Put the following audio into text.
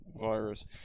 virus